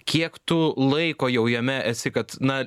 kiek tu laiko jau jame esi kad na